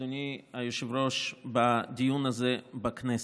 אדוני היושב-ראש, בדיון הזה בכנסת.